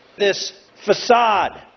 this facade.